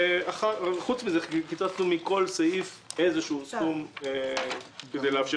פרט לכך קיצצנו מכל סעיף איזשהו סכום כדי לאפשר